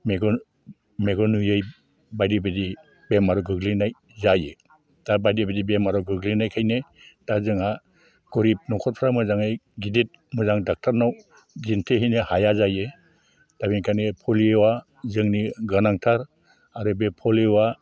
मेगन मेगन नुवै बायदि बायदि बेमार गोग्लैनाय जायो दा बादि बिदि बेमाराव गोग्लैनायखायनो दा जोंहा गरिब न'खरफ्रा मोजाङै गिदिर मोजां डाक्टारनाव दिन्थिहैनो हाया जायो दा बेनिखायनो पलिअआ जोंनि गोनांथार आरो बे पलिअआ